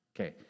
Okay